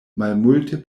malmulte